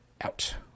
out